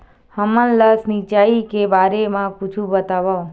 हमन ला सिंचाई के बारे मा कुछु बतावव?